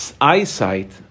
eyesight